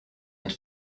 and